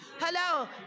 Hello